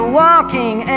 walking